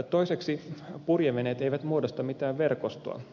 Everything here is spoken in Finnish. toiseksi purjeveneet eivät muodosta mitään verkostoa